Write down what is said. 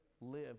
live